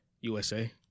USA